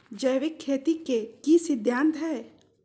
जैविक खेती के की सिद्धांत हैय?